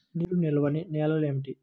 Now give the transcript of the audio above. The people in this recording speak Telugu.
నీరు నిలువని నేలలు ఏమిటి?